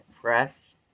press